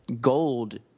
gold